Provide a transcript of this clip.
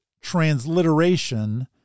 transliteration